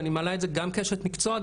אני מעלה את זה גם כאשת מקצוע,